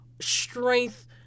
strength